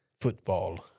Football